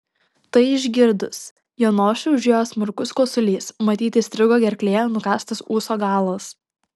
tai išgirdus janošui užėjo smarkus kosulys matyt įstrigo gerklėje nukąstas ūso galas